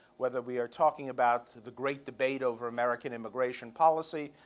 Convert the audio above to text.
whether we are talking about the great debate over american immigration policy,